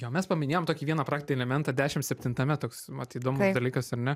jo mes paminėjom tokį vieną praktinį elementą dešimt septintame toks įdomus dalykas ar ne